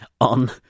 on